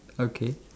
okay